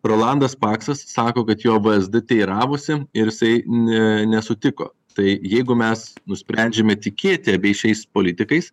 rolandas paksas sako kad jo v ez d teiravosi ir jisai ne nesutiko tai jeigu mes nusprendžiame tikėti abiais šiais politikais